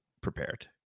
Prepared